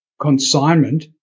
consignment